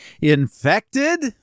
Infected